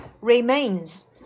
remains